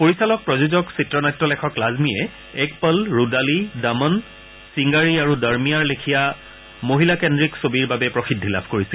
পৰিচালক প্ৰযোজক আৰু চিত্ৰনাট্য লেখক লাজমীয়ে এক পল ৰুদালী দমন ছিংগাৰী আৰু দৰমিয়াঁৰ লেখীয়া মহিলাকেন্দ্ৰিক ছবিৰ বাবে প্ৰসিদ্ধি লাভ কৰিছিল